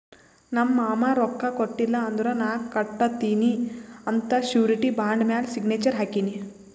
ನಮ್ ಮಾಮಾ ರೊಕ್ಕಾ ಕೊಟ್ಟಿಲ್ಲ ಅಂದುರ್ ನಾ ಕಟ್ಟತ್ತಿನಿ ಅಂತ್ ಶುರಿಟಿ ಬಾಂಡ್ ಮ್ಯಾಲ ಸಿಗ್ನೇಚರ್ ಹಾಕಿನಿ